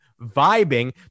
vibing